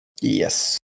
Yes